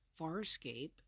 Farscape